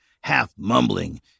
half-mumbling